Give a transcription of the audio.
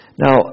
Now